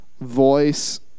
voice